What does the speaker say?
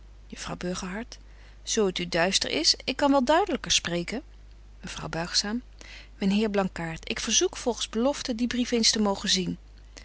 zo het u duister is ik kan wel duidelyker spreken mevrouw buigzaam myn heer blankaart ik verzoek volgens belofte dien brief eens te mogen zien